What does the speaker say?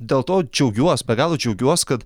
dėl to džiaugiuos be galo džiaugiuos kad